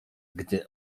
gdy